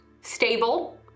stable